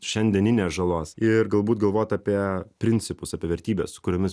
šiandieninės žalos ir galbūt galvot apie principus apie vertybes su kuriomis